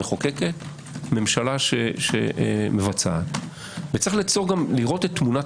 מתפקדת שח"כים צריכים כפי שדובר אתמול